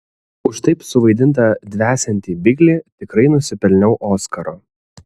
už taip suvaidintą dvesiantį biglį tikrai nusipelniau oskaro